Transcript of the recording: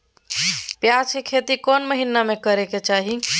प्याज के खेती कौन महीना में करेके चाही?